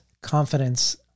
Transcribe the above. confidence